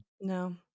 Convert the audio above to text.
no